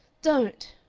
don't!